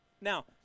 Now